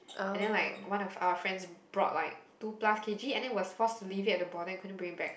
and then like one of our friends brought like two plus K_G and then was forced to leave it at the border and couldn't bring it back